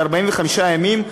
ב-45 ימים,